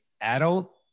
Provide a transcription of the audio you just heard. adult